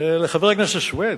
לחבר הכנסת סוייד,